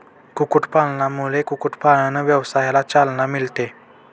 कुक्कुटपालनामुळे कुक्कुटपालन व्यवसायाला चालना मिळते